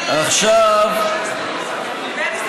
אם הם יהיו בממשלה,